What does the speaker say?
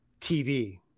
TV